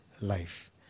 life